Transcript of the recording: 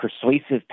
persuasive